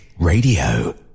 Radio